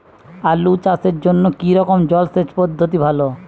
আলু চাষের জন্য কী রকম জলসেচ পদ্ধতি ভালো?